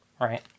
right